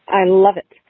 i love it.